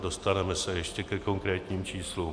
Dostaneme se ještě ke konkrétním číslům.